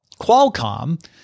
Qualcomm